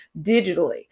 digitally